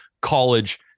college